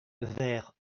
vers